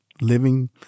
Living